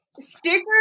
Stickers